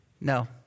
No